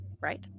right